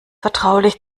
vertraulich